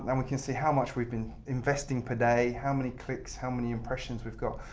um we can see how much we've been investing per day, how many clicks, how many impressions we've got.